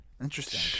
Interesting